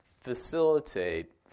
facilitate